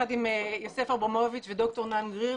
יחד עם יוסף אברמוביץ וד"ר נאן גריר,